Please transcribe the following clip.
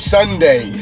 Sunday